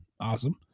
Awesome